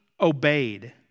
obeyed